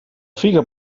figa